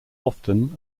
often